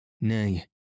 Nay